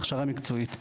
הכשרה מקצועית,